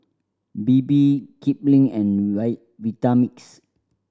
Bebe Kipling and Vitamix